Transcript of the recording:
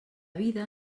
vida